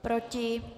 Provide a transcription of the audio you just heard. Proti?